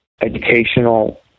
educational